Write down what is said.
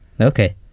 okay